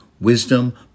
Wisdom